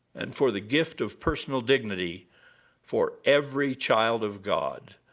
and for the gift of personal dignity for every child of god,